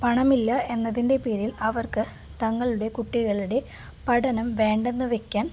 പണമില്ലെന്നതിൻ്റെ പേരിൽ അവർക്ക് തങ്ങളുടെ കുട്ടികളുടെ പഠനം വേണ്ടെന്നുവെയ്ക്കാൻ